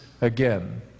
again